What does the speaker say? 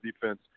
defense